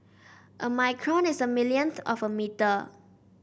a micron is a millionth of a metre